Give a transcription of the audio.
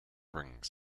rings